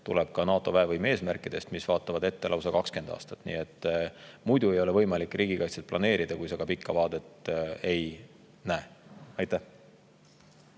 tuleb ka NATO väevõime eesmärkidest, mis vaatavad ette lausa 20 aastat. Ei ole võimalik riigikaitset planeerida, kui sa pikka vaadet ei näe. Aitäh,